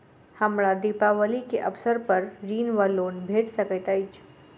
हमरा दिपावली केँ अवसर पर ऋण वा लोन भेट सकैत अछि?